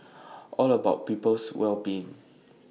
all about our people's well being